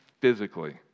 physically